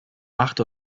macht